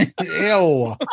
Ew